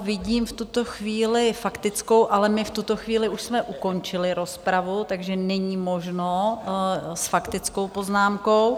Vidím v tuto chvíli faktickou, ale my v tuto chvíli už jsme ukončili rozpravu, takže není možno s faktickou poznámkou.